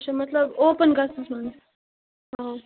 اچھا مطلب اوپن گژھنَس منٛز